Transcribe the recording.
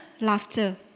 laughter